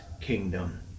kingdom